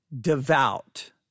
devout